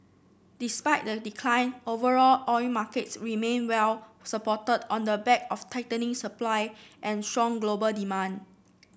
despite the decline overall oil markets remained well supported on the back of tightening supply and strong global demand